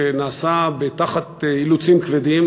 שנעשה תחת אילוצים כבדים,